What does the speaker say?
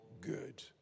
good